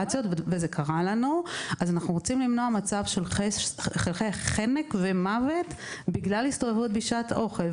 אנחנו רוצים למנוע מצב של חלק ומוות בגלל הסתובבות בשעת אוכל.